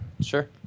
Sure